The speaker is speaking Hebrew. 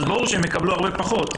אז ברור שהן יקבלו הרבה פחות.